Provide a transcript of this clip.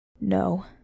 No